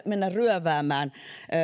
mennä ryöväämään